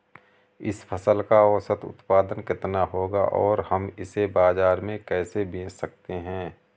इस फसल का औसत उत्पादन कितना होगा और हम इसे बाजार में कैसे बेच सकते हैं?